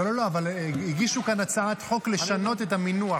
לא, לא, אבל הגישו כאן הצעת חוק לשנות את המינוח.